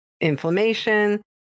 inflammation